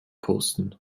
posten